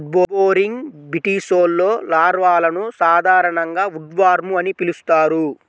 wood boring బీటిల్స్లో లార్వాలను సాధారణంగా ఉడ్వార్మ్ అని పిలుస్తారు